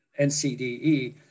NCDE